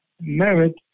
merit